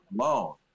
alone